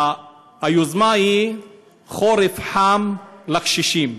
היוזמה היא חורף חם לקשישים.